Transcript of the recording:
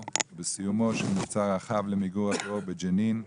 של מבצע רחב למיגור הטרור בג'נין.